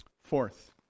Fourth